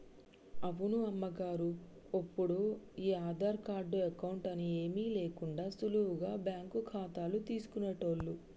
అవును అమ్మగారు ఒప్పుడు ఈ ఆధార్ కార్డు అకౌంట్ అని ఏమీ లేకుండా సులువుగా బ్యాంకు ఖాతాలు తీసుకునేటోళ్లు